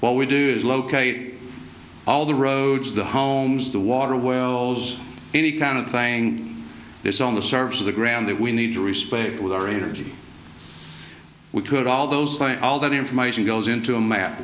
what we do is locate all the roads the homes the water wells any kind of thing this on the surface of the ground that we need to respect with our energy we could all those fly all that information goes into a map